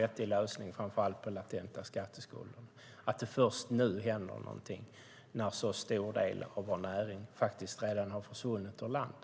Vi har legat på länge och sagt att man måste ta tag i detta men med respekt för de stora problem som finns i att hitta en vettig lösning framför allt på de latenta skatteskulderna.